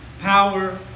power